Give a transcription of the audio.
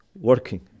working